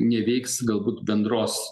neveiks galbūt bendros